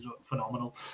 phenomenal